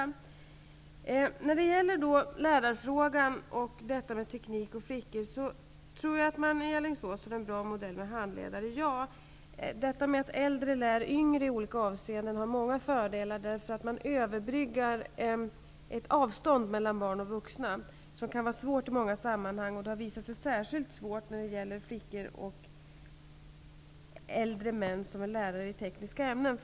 Jag tror att Alingsås modell med handledare är bra när det gäller lärarfrågan och när det gäller detta med teknik och flickor. Det är många fördelar förenade med att äldre elever lär yngre i olika avseenden. Man överbryggar ett avstånd mellan barn och vuxna som i många sammanhang kan vara svårt att överbrygga. Det har visat sig särskilt svårt när det gäller kvinnliga elever och äldre manliga lärare i tekniska ämnen.